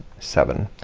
seven.